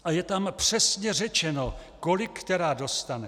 A je tam přesně řečeno, kolik která dostane.